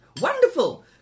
Wonderful